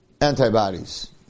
Antibodies